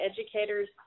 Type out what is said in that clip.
educator's